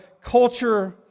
culture